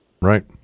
Right